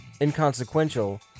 inconsequential